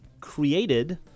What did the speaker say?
created